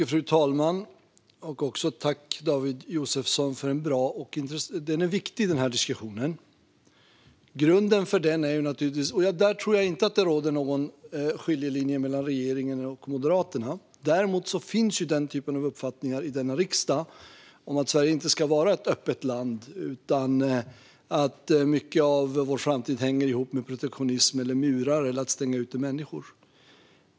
Fru talman! Jag tackar David Josefsson för interpellationen. Denna diskussion är viktig. Jag tror inte att det råder någon skiljelinje mellan regeringen och Moderaterna om grunden i detta. Däremot finns det uppfattningar i denna riksdag av den typen att Sverige inte ska vara ett öppet land utan att mycket av vår framtid hänger ihop med protektionism, murar eller att stänga ute människor.